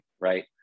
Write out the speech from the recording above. right